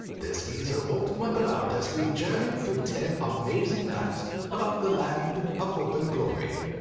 this geezer won't muck about as we journey through ten amazing facts about the land of hope and glory.